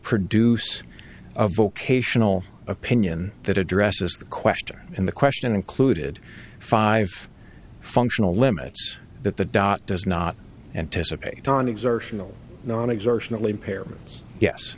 produce a vocational opinion that addresses the question in the question included five functional limits that the dot does not anticipate